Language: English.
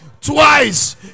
twice